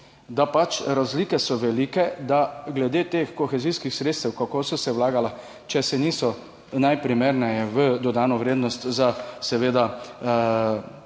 da pač razlike so velike glede teh kohezijskih sredstev, kako so se vlagala, če se niso najprimerneje v dodano vrednost za boljša